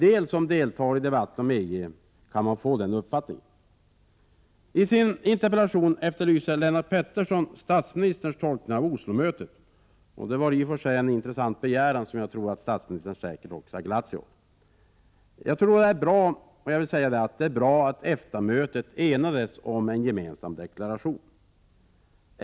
Man kan få den uppfattningen när man hör en del av dem som deltar i debatten om EG. I sin interpellation efterlyser Lennart Pettersson statsministerns tolkning av Oslomötet — jag tror i och för sig att det var en begäran som statsministern har glatt sig åt. Det är bra att EFTA-mötet enades om en gemensam deklaration.